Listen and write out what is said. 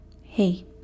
Hey